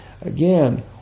again